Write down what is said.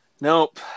Nope